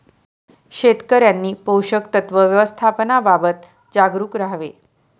शेतकऱ्यांनी पोषक तत्व व्यवस्थापनाबाबत जागरूक राहावे